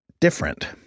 different